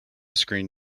screen